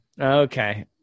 Okay